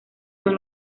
son